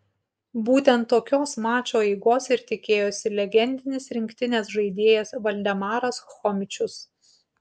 būtent tokios mačo eigos ir tikėjosi legendinis rinktinės žaidėjas valdemaras chomičius